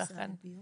לכן יש היגיון.